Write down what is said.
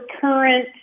current